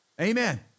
Amen